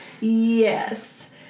yes